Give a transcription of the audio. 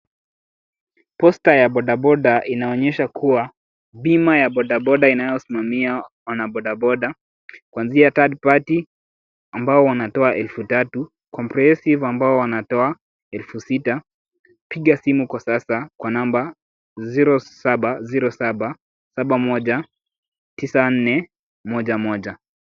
Poster ya bodaboda inaonyesha kuwa bima ya bodaboda inayosimamia wanabodaboda kuanzia third party ambao wanatoa elfu tatu comprehesive ambao wanatoa elfu sita. Piga simu kwa sasa kwa namba 0707719411.